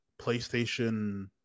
PlayStation